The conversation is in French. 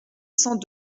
cent